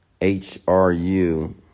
H-R-U